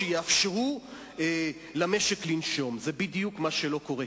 זה היה מעמד מחשמל,